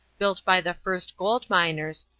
built by the first gold-miners,